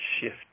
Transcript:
shift